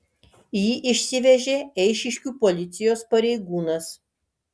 jį išsivežė eišiškių policijos pareigūnas